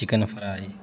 chicken fry